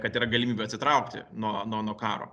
kad yra galimybė atsitraukti nuo nuo nuo karo